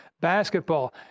basketball